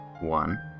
one